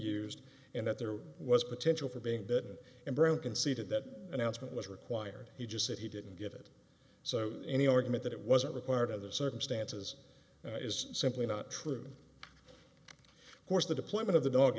used and that there was potential for being bitten and brown conceded that announcement was required he just said he didn't get it so any argument that it wasn't required of the circumstances is simply not true of course the deployment of the dog